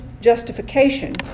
justification